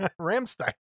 Ramstein